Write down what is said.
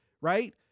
right